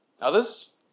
Others